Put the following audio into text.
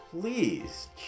please